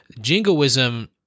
Jingoism